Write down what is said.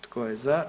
Tko je za?